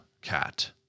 cat